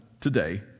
today